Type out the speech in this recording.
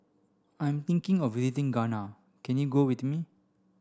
I'm thinking of visiting Ghana can you go with me